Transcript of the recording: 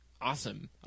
Awesome